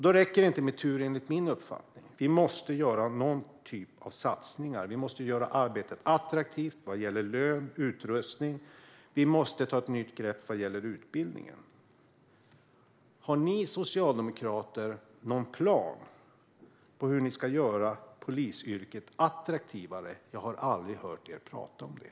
Då räcker det inte med tur, enligt min uppfattning. Vi måste göra någon typ av satsningar. Vi måste göra arbetet attraktivt vad gäller lön och utrustning. Vi måste ta ett nytt grepp vad gäller utbildningen. Har ni socialdemokrater någon plan för hur ni ska göra polisyrket attraktivare? Jag har aldrig hört er prata om det.